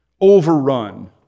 overrun